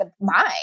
mind